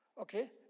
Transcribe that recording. okay